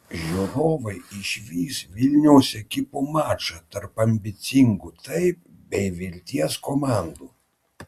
žiūrovai išvys vilniaus ekipų mačą tarp ambicingų taip bei vilties komandų